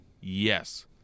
Yes